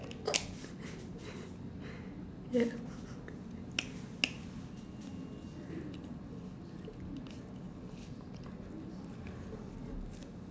yeah